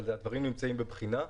הדברים כרגע נמצאים בבחינה.